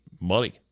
money